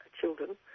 children